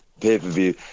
pay-per-view